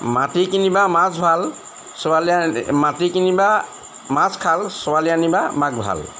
মাটি কিনিবা মাছ ভাল ছোৱালী মাটি কিনিবা মাজ খাল ছোৱালী আনিবা মাক ভাল